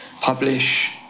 publish